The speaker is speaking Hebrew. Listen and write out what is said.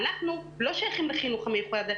אנחנו לא שייכים לחינוך המיוחד.